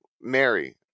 Mary